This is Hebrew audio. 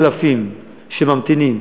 אתה אמרת לי שיש אלפים שהתגייסו וסיימו.